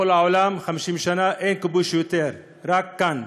בכל העולם, 50 שנה, אין כיבוש יותר, רק כאן.